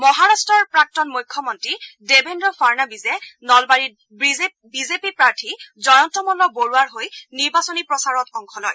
মহাৰাট্টৰ প্ৰাক্তন মুখ্যমন্তী দেৱেদ্ৰ ফাৰ্ণবীজে নলবাৰীত বিজেপি প্ৰাৰ্থী জয়ন্তমন্ন বৰুৱাৰ হৈ নিৰ্বাচনী প্ৰচাৰত অংশ লয়